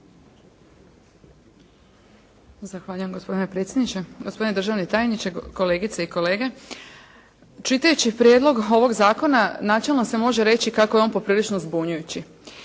Zahvaljujem gospodine predsjedniče, gospodine državni tajniče, kolegice i kolege. Čitajući prijedlog ovog zakona načelno se može reći kako je on poprilično zbunjujući.